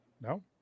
No